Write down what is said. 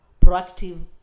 proactive